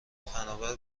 فناور